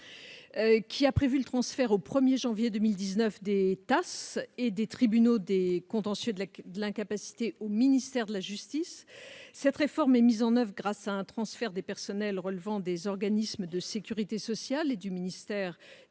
affaires de sécurité sociale et des tribunaux du contentieux de l'incapacité au ministère de la justice. Cette réforme est mise en oeuvre grâce à un transfert des personnels relevant des organismes de sécurité sociale et du ministère